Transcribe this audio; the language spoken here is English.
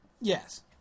Yes